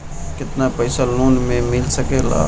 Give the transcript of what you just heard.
केतना पाइसा लोन में मिल सकेला?